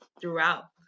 throughout